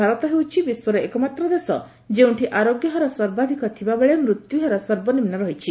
ଭାରତ ହେଉଛି ବିଶ୍ୱର ଏକମାତ୍ର ଦେଶ ଯେଉଁଠି ଆରୋଗ୍ୟ ହାର ସର୍ବାଧିକ ଥିବାବେଳେ ମୃତ୍ୟୁହାର ସର୍ବନିମ୍ନ ରହିଛି